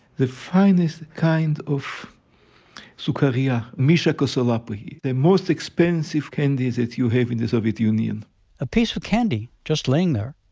the finest kind of sucariya, misha kosolapi, the most expensive candy that you have in the soviet union a piece of candy, just laying there.